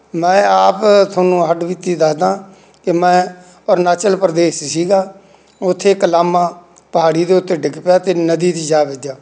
ਮੈਂ ਆਪ ਤੁਹਾਨੂੰ ਹੱਡ ਬੀਤੀ ਦੱਸਦਾ ਕਿ ਮੈਂ ਅਰੁਣਾਚਲ ਪ੍ਰਦੇਸ਼ 'ਚ ਸੀਗਾ ਉੱਥੇ ਇੱਕ ਲਾਮਾ ਪਹਾੜੀ ਦੇ ਉੱਤੇ ਡਿੱਗ ਪਿਆ ਅਤੇ ਨਦੀ 'ਚ ਜਾ ਵੱਜਿਆ